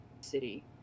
city